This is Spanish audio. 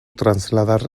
trasladar